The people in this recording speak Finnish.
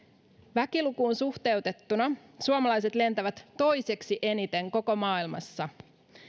väkilukuun suhteutettuna suomalaiset lentävät toiseksi eniten koko maailmassa